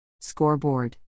Scoreboard